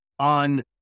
on